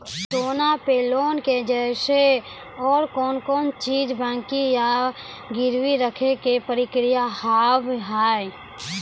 सोना पे लोन के जैसे और कौन कौन चीज बंकी या गिरवी रखे के प्रक्रिया हाव हाय?